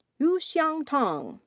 yuxiang tang.